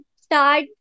start